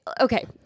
okay